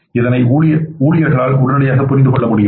இதனை ஊழியர்களால் உடனடியாக புரிந்து கொள்ள முடியும்